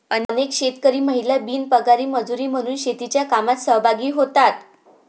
अनेक शेतकरी महिला बिनपगारी मजुरी म्हणून शेतीच्या कामात सहभागी होतात